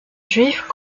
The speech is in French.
juifs